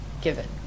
given